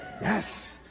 Yes